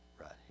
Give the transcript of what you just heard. right